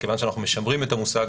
מכיוון שאנחנו משמרים את המושג,